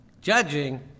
Judging